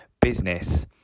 business